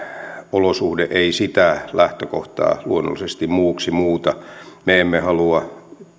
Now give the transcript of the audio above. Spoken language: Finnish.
olosuhde ei sitä lähtökohtaa luonnollisesti muuksi muuta me emme halua